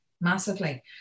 massively